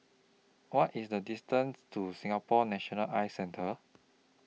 What IS The distance to Singapore National Eye Centre